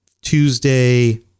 Tuesday